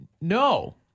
No